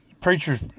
Preachers